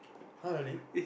!huh! really